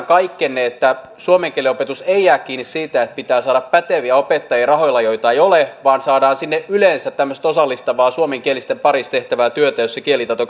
kaikkenne että suomen kielen opetus ei jää kiinni siitä että pitää saada päteviä opettajia rahoilla joita ei ole vaan saadaan sinne yleensä tämmöistä osallistavaa suomenkielisten parissa tehtävää työtä jossa kielitaito